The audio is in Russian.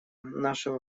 нашего